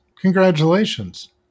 Congratulations